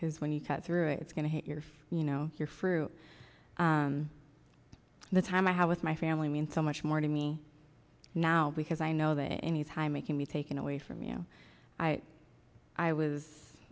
because when you cut through it it's going to hit your face you know your fruit the time i have with my family i mean so much more to me now because i know that any time i can be taken away from you i was